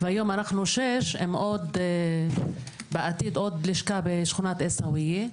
והיום אנחנו 6 ובעתיד עוד לשכה בשכונת עיסוויאה.